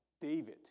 David